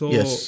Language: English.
Yes